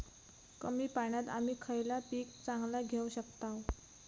कमी पाण्यात आम्ही खयला पीक चांगला घेव शकताव?